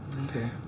Okay